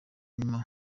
nyuma